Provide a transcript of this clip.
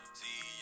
see